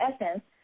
Essence